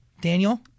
Daniel